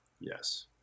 Yes